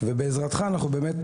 אני גאה להיות כאן.